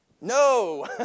No